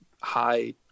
high